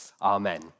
Amen